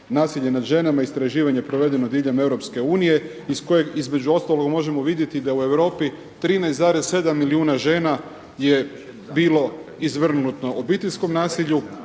nasilje nad ženama, istraživanje provedeno diljem EU iz kojeg između ostalog možemo vidjeti da u Europi 13,7 milijuna žena je bilo izvrgnuto obiteljskom nasilju.